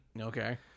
Okay